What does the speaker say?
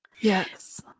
Yes